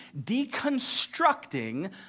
deconstructing